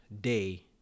day